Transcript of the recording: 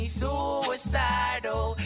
suicidal